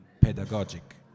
pedagogic